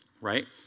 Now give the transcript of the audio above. right